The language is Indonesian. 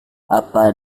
apa